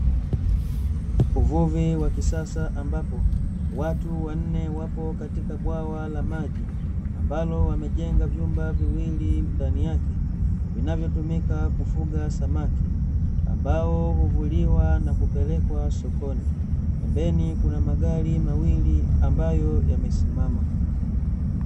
Uvuvi wa kisasa ambapo, watu wanne wapo katika bwawa la maji, ambalo wamejenga vyumba viwili ndani yake, vinavyotumika kufuga samaki, ambao huvuliwa na kupelekwa sokoni, pembeni kuna magari mawili ambayo yamesimama.